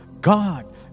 God